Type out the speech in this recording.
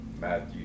Matthew